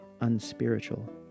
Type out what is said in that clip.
unspiritual